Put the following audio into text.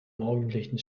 morgendlichen